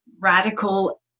radical